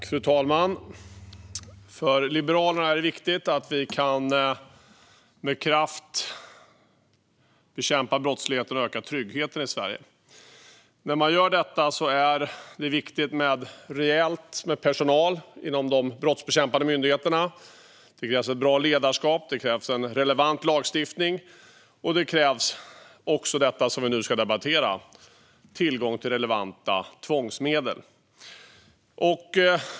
Fru talman! För Liberalerna är det viktigt att vi med kraft kan bekämpa brottsligheten och öka tryggheten i Sverige. Det är viktigt att ha rejält med personal i de brottsbekämpande myndigheterna. Det krävs ett bra ledarskap och en relevant lagstiftning, och det krävs också det som vi nu debatterar, nämligen tillgång till relevanta tvångsmedel.